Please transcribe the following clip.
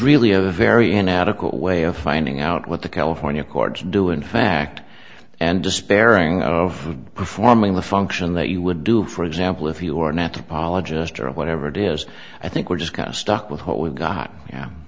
really a very inadequate way of finding out what the california courts do in fact and despairing of performing the function that you would do for example if you are not apologized or whatever it is i think we're just kind of stuck with what we've got